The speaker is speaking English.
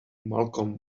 malcolm